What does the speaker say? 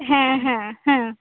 ᱦᱮᱸ ᱦᱮᱸ ᱦᱮᱸ